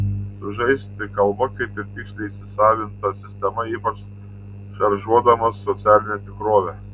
sužaisti kalba kaip tiksliai įsisavinta sistema ypač šaržuodamas socialinę tikrovę